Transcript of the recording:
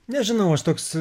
nežinau aš toks